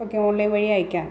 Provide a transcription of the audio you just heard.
okay online വഴി അയക്കാം